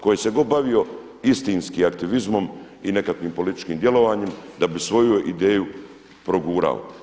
Ko se je god bavio istinski aktivizmom i nekakvim političkim djelovanjem da bi svoju ideju progurao.